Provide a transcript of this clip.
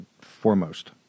foremost